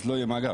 אז לא יהיה מאגר.